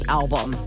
album